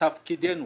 תפקידנו